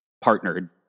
partnered